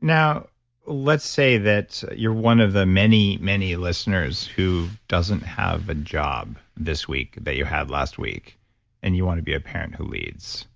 now let's say that you're one of the many, many listeners who doesn't have a job this week that you had last week and you want to be a parent who leads.